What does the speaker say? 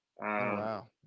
Wow